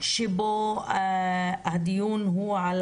שבו הדיון הוא על